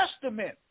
Testament